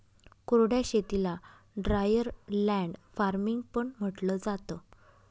कोरड्या शेतीला dryer land farming पण म्हंटलं जातं